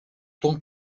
tant